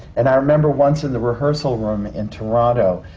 and i remember once in the rehearsal room in toronto,